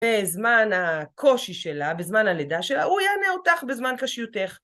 בזמן הקושי שלה, בזמן הלידה שלה, הוא יענה אותך בזמן קשיותך.